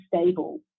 stable